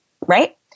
right